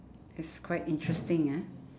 it's quite interesting ah